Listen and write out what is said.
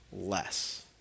less